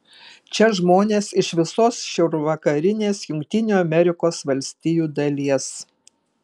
čia žmonės iš visos šiaurvakarinės jungtinių amerikos valstijų dalies